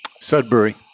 Sudbury